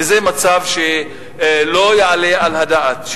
וזה מצב שלא יעלה על הדעת.